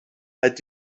halt